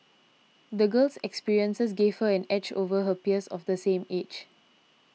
the girl's experiences gave her an edge over her peers of the same age